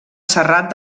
serrat